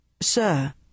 Sir